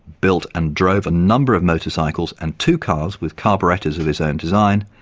built and drove a number of motorcycles and two cars with carburettors of his own design,